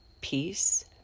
peace